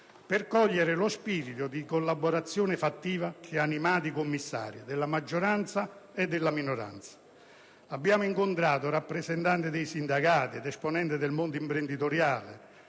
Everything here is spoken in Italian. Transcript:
per cogliere lo spirito di collaborazione fattiva che ha animato i commissari della maggioranza e dell'opposizione. Abbiamo incontrato rappresentanti dei sindacati ed esponenti del mondo imprenditoriale,